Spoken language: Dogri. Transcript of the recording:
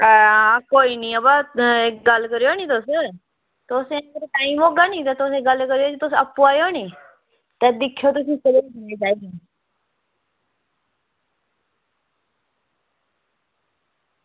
हां कोई निं अवा गल्ल करेओ निं तुस तुसें ई टाइम होगा नी ते तुस गल्ल करेओ ते तुस आपूं आएओ नी ते दिक्खेओ तुस